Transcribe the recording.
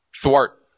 thwart